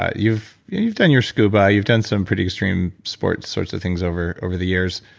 ah you've you've done your scuba, you've done some pretty extreme sports sorts of things over over the years,